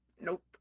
nope